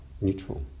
neutral